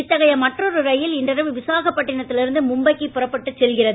இத்தகைய மற்றொரு ரயில் இன்றிரவு விசாகப்பட்டினத்தில் இருந்து மும்பைக்கு புறப்பட்டுச் செல்கிறது